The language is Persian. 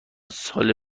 ساله